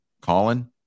Colin